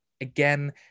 again